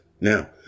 Now